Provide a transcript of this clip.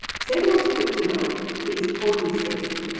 samuel is quick to note he is totally safe.